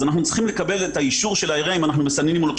אנחנו צריכים לקבל את האישור של העירייה אם אנחנו מסננים או לא,